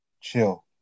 chill